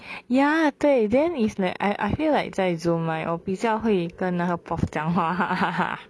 ya 对 then is like I I feel like 再 zoom right 我比较会跟那个 prof 讲话 hahaha